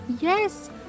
Yes